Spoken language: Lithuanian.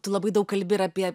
tu labai daug kalbi ir apie